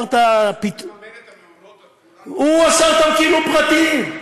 הוא מממן את המעונות, הוא עשה אותם כאילו פרטיים.